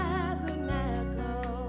Tabernacle